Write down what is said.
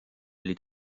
oli